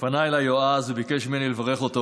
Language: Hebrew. כשפנה אליי יועז וביקש ממני לברך אותו,